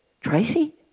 Tracy